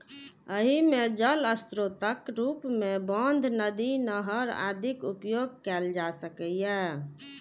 एहि मे जल स्रोतक रूप मे बांध, नदी, नहर आदिक उपयोग कैल जा सकैए